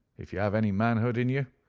if you have any manhood in you,